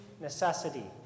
necessity